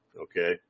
Okay